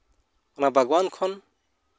ᱚᱱᱟ ᱵᱟᱜᱽᱣᱟᱱ ᱠᱷᱚᱱ